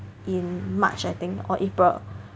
in March I think or April